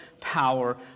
power